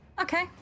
Okay